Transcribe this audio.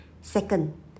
Second